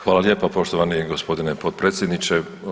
Hvala lijepa poštovani gospodine potpredsjedniče.